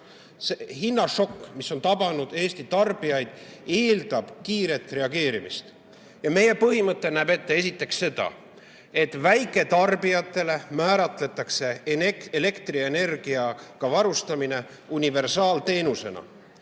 Hinnašokk, mis on tabanud Eesti tarbijaid, eeldab kiiret reageerimist. Meie põhimõte näeb ette esiteks seda, et väiketarbijate puhul määratletakse elektrienergiaga varustamine universaalteenusena.